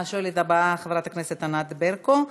השואלת הבאה, חברת הכנסת ענת ברקו.